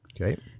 Okay